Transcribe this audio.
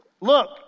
look